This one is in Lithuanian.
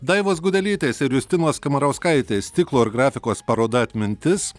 daivos gudelytės ir justinos kamarauskaitės stiklo ir grafikos paroda atmintis